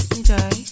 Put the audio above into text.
Enjoy